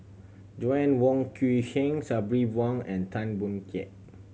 Joanna Wong Quee Heng Sabri Buang and Tan Boon Teik